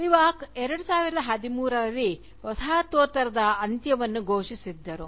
Spivak 2013 ರಲ್ಲಿ ವಸಾಹತೋತ್ತರದ ಅಂತ್ಯವನ್ನು ಘೋಷಿಸಿದ್ದರು